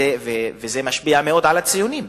זה משפיע מאוד על הציונים.